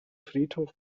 friedhof